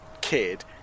kid